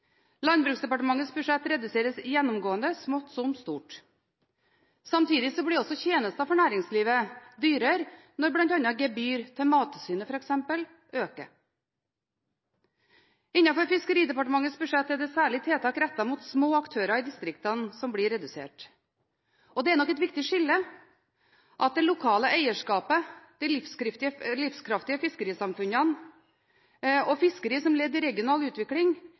Landbruksdepartementets budsjett reduseres gjennomgående – smått som stort. Samtidig blir også tjenestene for næringslivet dyrere når bl.a. gebyr til Mattilsynet øker. Innenfor Fiskeridepartementets budsjett er det særlig tiltak rettet mot små aktører i distriktene som blir redusert. Det er nok et viktig skille at det lokale eierskapet, de livskraftige fiskerisamfunnene og fiskerier som ledd i regional utvikling,